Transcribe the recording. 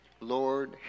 Lord